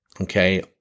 Okay